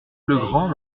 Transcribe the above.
legrand